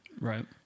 right